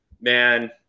man